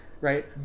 right